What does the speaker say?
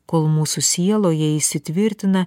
kol mūsų sieloje įsitvirtina